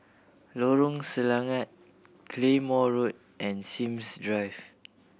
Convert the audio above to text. Lorong Selangat Claymore Road and Sims Drive